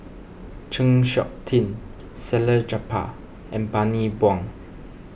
Chng Seok Tin Salleh Japar and Bani Buang